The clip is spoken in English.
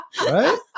Right